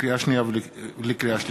לקריאה שנייה ולקריאה שלישית: